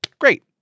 Great